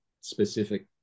specific